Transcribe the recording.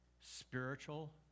spiritual